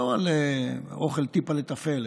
לא על אוכל טיפה'לה תפל,